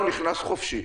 בהתחלה הוא נכנס חופשי,